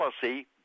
policy